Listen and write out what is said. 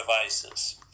devices